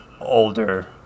older